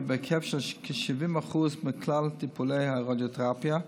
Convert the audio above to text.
בהיקף של כ-70% מכלל טיפולי הרדיותרפיה,